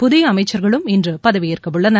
புதிய அமைச்சர்களும் இன்று பதவியேற்க உள்ளனர்